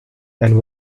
and